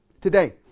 today